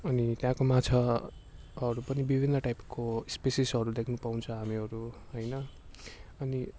अनि त्यहाँको माछाहरू पनि विभिन्न टाइपको स्पेसिसहरू देख्न पाउँछ हामीहरू होइन अनि